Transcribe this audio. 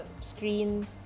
screen